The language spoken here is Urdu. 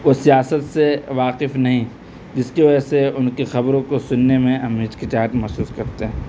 وہ سیاست سے واقف نہیں جس کی وجہ سے ان کی خبروں کو سننے میں ہم ہچکچاہٹ محسوس کرتے ہیں